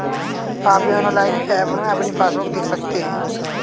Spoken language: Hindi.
आप योनो लाइट ऐप में अपनी पासबुक देख सकते हैं